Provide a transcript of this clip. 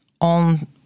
on